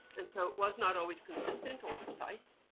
and so, it was not always consistent or precise.